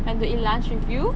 went to eat lunch with you